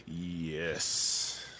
Yes